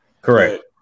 Correct